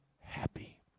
happy